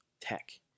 tech